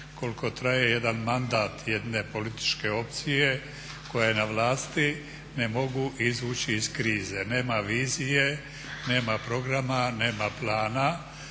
koliko taje jedan mandat jedne političke opcije koja je na vlasti ne mogu izvući iz krize. Nema vizije, nema programa, nema plana.